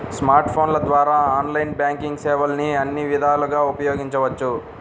smart ఫోన్ల ద్వారా online banking సేవల్ని అన్ని విధాలుగా ఉపయోగించవచ్చు